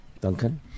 Duncan